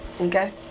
okay